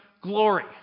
glory